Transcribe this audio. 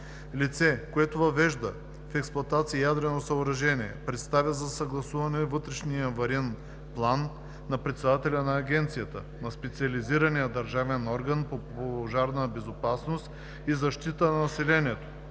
Лице, което въвежда в експлоатация ядрено съоръжение, представя за съгласуване вътрешен авариен план на председателя на агенцията, на специализирания държавен орган по пожарна безопасност и защита на населението,